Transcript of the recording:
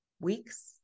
weeks